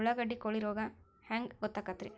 ಉಳ್ಳಾಗಡ್ಡಿ ಕೋಳಿ ರೋಗ ಹ್ಯಾಂಗ್ ಗೊತ್ತಕ್ಕೆತ್ರೇ?